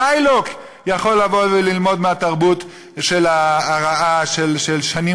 שיילוק יכול לבוא וללמוד מהתרבות הרעה של שנים